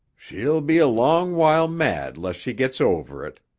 she'll be a long while mad less she gets over it,